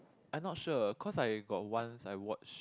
I not sure cause I got once I watch